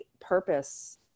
purpose